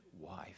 wife